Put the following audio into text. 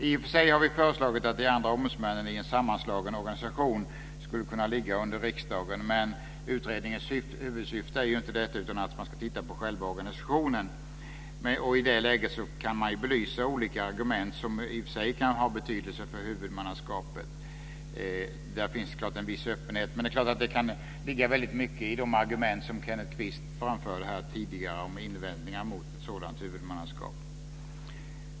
I och för sig har vi föreslagit att de andra ombudsmännen i en sammanslagen organisation skulle kunna ligga under riksdagen. Men utredningens huvudsyfte är inte detta, utan man ska titta på själva organisationen. I det läget kan man belysa olika argument som i och för sig kan ha betydelse för huvudmannaskapet. Där finns en öppenhet. Det ligger väldigt mycket i de argument som Kenneth Kvist framförde tidigare för invändningar mot ett sådant huvudmannaskap.